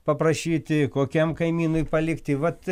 paprašyti kokiam kaimynui palikti vat